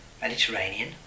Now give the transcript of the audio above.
Mediterranean